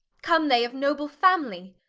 come they of noble family?